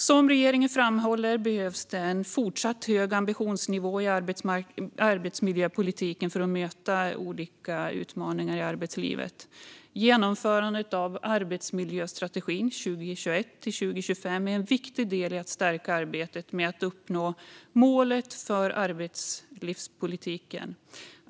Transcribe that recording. Som regeringen framhåller behövs det en fortsatt hög ambitionsnivå i arbetsmiljöpolitiken för att möta olika utmaningar i arbetslivet. Genomförandet av arbetsmiljöstrategin 2021-2025 är en viktig del i att stärka arbetet med att uppnå målet för arbetslivspolitiken.